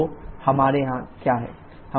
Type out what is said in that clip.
तो हमारे यहाँ क्या है